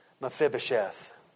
Mephibosheth